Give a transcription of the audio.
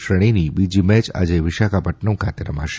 શ્રેણીની બીજી મેય આજે વિશાખાપદ્દનમ ખાતે રમાશે